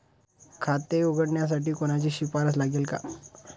खाते उघडण्यासाठी कोणाची शिफारस लागेल का?